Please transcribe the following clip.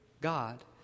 God